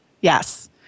Yes